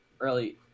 early